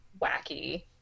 wacky